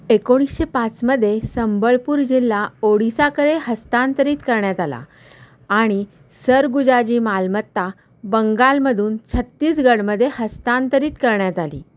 एकोणीसशे पाचमध्ये संबळपूर जिल्हा ओडिसाकडे हस्तांतरित करण्यात आला आणि सरगुजाची मालमत्ता बंगालमधून छत्तीसगडमध्ये हस्तांतरित करण्यात आली